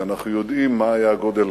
כי אנחנו יודעים מה היה גודל